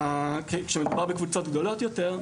כאשר מדובר בקבוצות גדולות יותר,